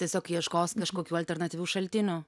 tiesiog ieškos kažkokių alternatyvių šaltinių